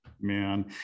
Man